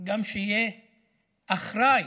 גם שיהיה אחראי,